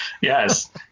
yes